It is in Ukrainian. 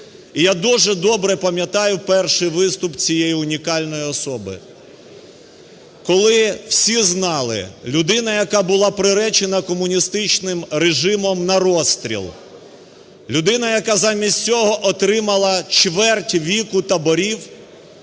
І я дуже добре пам'ятаю перший виступ цієї унікальної особи, коли всі знали, людина, яка була приречена комуністичним режимом на розстріл, людина, яка замість цього отримала чверть віку таборів,